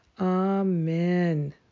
Amen